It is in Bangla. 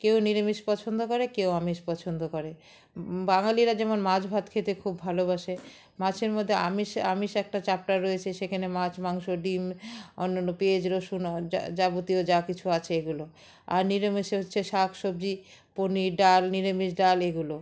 কেউ নিরামিষ পছন্দ করে কেউ আমিষ পছন্দ করে বাঙালিরা যেমন মাছ ভাত খেতে খুব ভালোবাসে মাছের মধ্যে আমিষ আমিষ একটা চাপ্টার রয়েছে সেখানে মাছ মাংস ডিম অন্যান্য পেঁয়াজ রসুন যা যাবতীয় যা কিছু আছে এগুলো আর নিরামিষে হচ্ছে শাক সবজি পনির ডাল নিরামিষ ডাল এগুলো